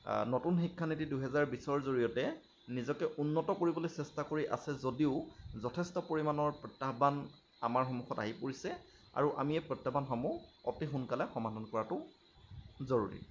নতুন শিক্ষা নীতি দুইহাজাৰ বিশৰ জৰিয়তে নিজকে উন্নত কৰিবলৈ চেষ্টা কৰি আছে যদিও যথেষ্ট পৰিমাণৰ প্ৰত্যাহ্বান আমাৰ সন্মুখত আহি পৰিছে আৰু আমি এই প্ৰত্যাহ্বানসমুহ অতি সোনকালে সমাধান কৰাটো জৰুৰী